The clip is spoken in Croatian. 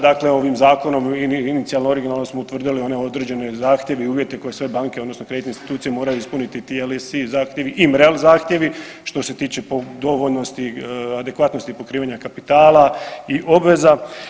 Dakle, ovim zakonom inicijalno originalno smo utvrdili one određene zahtjeve i uvjete koje sve banke odnosno kreditne institucije moraju ispuniti …/nerazumljivo/… zahtjevi i MREL zahtjevi što se tiče po dohodnosti adekvatnosti pokrivanja kapitala i obveza.